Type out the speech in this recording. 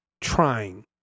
trying